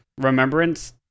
Remembrance